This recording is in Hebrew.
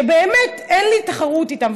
שבאמת אין לי תחרות איתם,